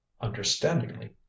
understandingly